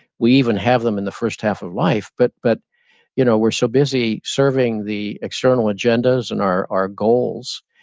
we even have them in the first half of life, but but you know we're so busy serving the external agendas, and our our goals,